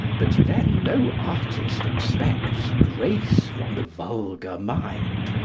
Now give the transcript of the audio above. but then no artist expects grace from the vulgar mind,